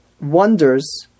wonders